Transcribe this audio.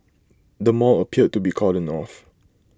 the mall appeared to be cordoned off